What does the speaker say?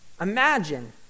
Imagine